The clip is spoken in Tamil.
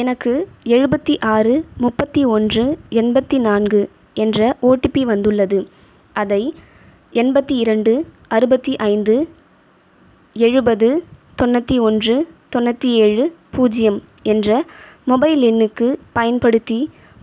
எனக்கு எழுபத்தி ஆறு முப்பத்தி ஒன்று எண்பத்தி நான்கு என்ற ஒடிபி வந்துள்ளது அதை எண்பத்தி இரண்டு அறுபத்தி ஐந்து எழுபது தொண்ணூற்றி ஒன்று தொண்ணூற்றி ஏழு பூஜ்ஜியம் என்ற மொபைல் எண்ணுக்குப் பயன்படுத்தி